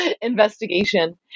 investigation